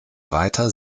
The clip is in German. weiter